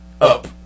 Up